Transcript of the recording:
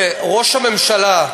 וראש הממשלה,